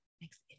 Next